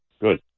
Good